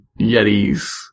yetis